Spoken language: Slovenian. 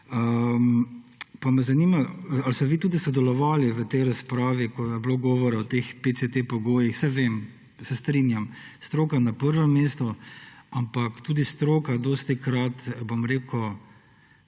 pa me zanima, ali ste vi tudi sodelovali v tej razpravi, ko je bilo govora o teh PCT pogojih. Saj vem, se strinjam, stroka je na prvem mestu. Ampak tudi stroka dostikrat pokaže